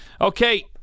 Okay